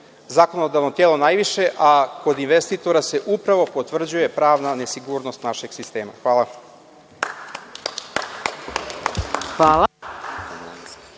zakonodavno telo najviše, a kod investitora se upravo potvrđuje pravna nesigurnost našeg sistema. Hvala.